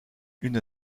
une